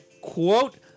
quote